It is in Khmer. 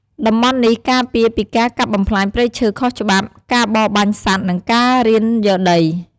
តំបន់នេះការពារពីការកាប់បំផ្លាញព្រៃឈើខុសច្បាប់ ការបរបាញ់សត្វ និងការរានយកដី។